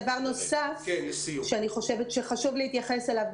דבר נוסף שאני חושבת שחשוב להתייחס אליו,